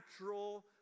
natural